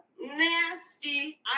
nasty